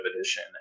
Edition